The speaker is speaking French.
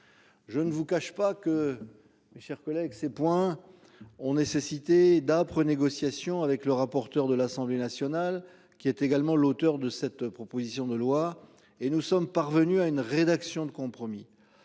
que mes chers collègues. Ces points ont nécessité d'âpres négociations avec le rapporteur de l'Assemblée nationale, qui est également l'auteur de cette proposition de loi et nous sommes parvenus à une rédaction de compromis